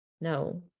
no